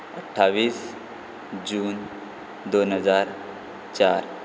अठ्ठावीस जून दोन हजार चार